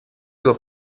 doch